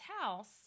house